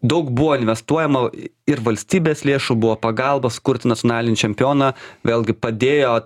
daug buvo investuojama ir valstybės lėšų buvo pagalbos sukurti nacionalinį čempioną vėlgi padėjo